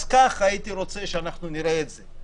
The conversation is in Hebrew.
אז כך הייתי רוצה שאנחנו נראה את זה: